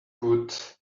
put